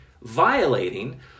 violating